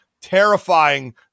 terrifying